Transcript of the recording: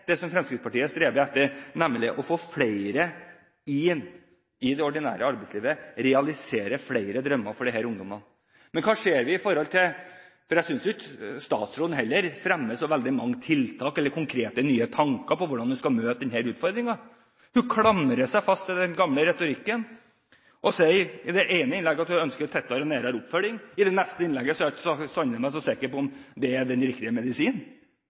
det Fremskrittspartiet streber etter, nemlig å få flere inn i det ordinære arbeidslivet, og realisere flere drømmer for disse ungdommene. Men jeg synes ikke statsråden fremmer så veldig mange tiltak eller konkrete nye tanker om hvordan hun skal møte denne utfordringen. Hun klamrer seg fast til den gamle retorikken og sier i det ene innlegget at hun ønsker tettere oppfølging, men i det neste innlegget er hun sannelig ikke så sikker på om det er den rette medisinen.